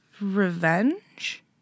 revenge